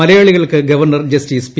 മലയാളി കൾക്ക് governor justice P